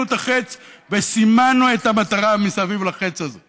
את החץ וסימנו את המטרה מסביב לחץ הזה.